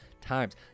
times